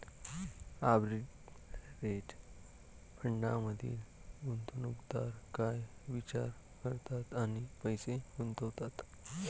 Arbitrage फंडांमधील गुंतवणूकदार काय विचार करतात आणि पैसे गुंतवतात?